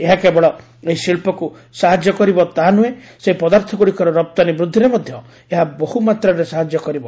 ଏହା କେବଳ ଏହିଶିଳ୍ପକ୍ ସାହାଯ୍ୟ କରିବ ତାହା ନୁହେଁ ସେହି ପଦାର୍ଥ ଗୁଡ଼ିକର ରପ୍ତାନୀ ବୃଦ୍ଧିରେ ମଧ୍ୟ ଏହା ବହୁମାତ୍ରାରେ ସାହାଯ୍ୟ କରିବ